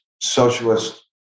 socialist